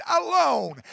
alone